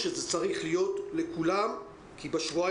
עוד נושא שהוא חשוב זה עניין הזכאות.